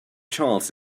charles